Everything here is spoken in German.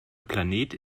planet